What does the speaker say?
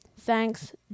Thanks